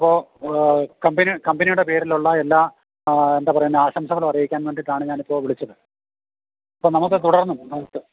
അപ്പോൾ കമ്പനി കമ്പനിയുടെ പേരിലുള്ള എല്ലാ എന്താണ് പറയുന്നത് ആശംസകളും അറിയിക്കാൻ വേണ്ടിയിട്ടാണ് ഞാനിപ്പോൾ വിളിച്ചത് അപ്പോൾ നമുക്ക് തുടർന്നും നമുക്ക്